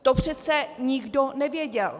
To přece nikdo nevěděl!